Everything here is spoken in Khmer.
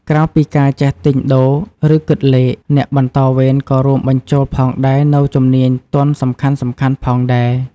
ក្រៅពីការចេះទិញដូរ ឬគិតលេខ ការបន្តវេនក៏រួមបញ្ចូលផងដែរនូវជំនាញទន់សំខាន់ៗផងដែរ។